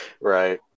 Right